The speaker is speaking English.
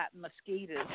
Mosquitoes